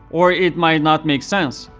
or it might not make sense,